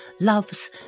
loves